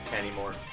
anymore